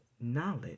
knowledge